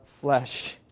flesh